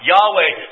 Yahweh